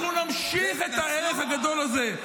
אנחנו נמשיך את הערך הגדול הזה.